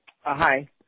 Hi